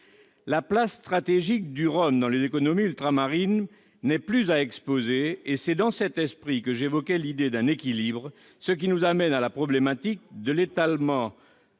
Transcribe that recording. La place stratégique du rhum dans les économies ultramarines n'est plus à exposer. C'est dans cet esprit que j'évoquais l'idée d'un équilibre, ce qui nous amène à la problématique de l'étalement